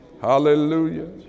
Hallelujah